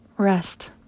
Rest